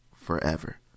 forever